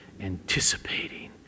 anticipating